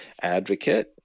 advocate